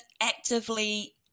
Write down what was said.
actively